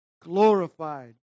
glorified